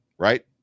Right